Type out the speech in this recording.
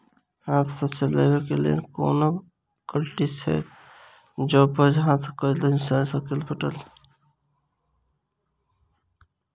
हाथ सऽ चलेबाक लेल कोनों कल्टी छै, जौंपच हाँ तऽ, इ कतह सऽ आ कोना भेटत?